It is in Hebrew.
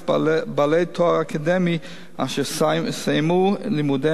אקדמי אשר סיימו לימודיהם ערב יום התחילה.